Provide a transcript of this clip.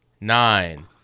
nine